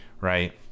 right